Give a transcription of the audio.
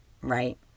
right